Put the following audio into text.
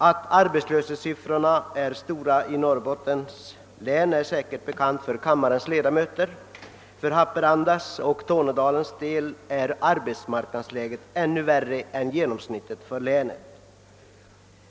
Att arbetslöshetssiffrorna är stora i Norrbottens län torde vara bekant för kammarens ledamöter, och för Haparanda och Tornedalen är arbetsmarknadsläget ännu sämre än genomsnittet för länet.